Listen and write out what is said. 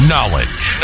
Knowledge